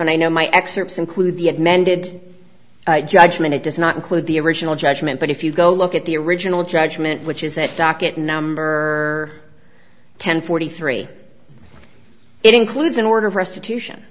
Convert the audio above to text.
and i know my excerpts include the mended judgment it does not include the original judgment but if you go look at the original judgment which is that docket number ten forty three it includes an order of restitution